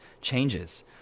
changes